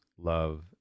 Love